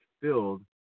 filled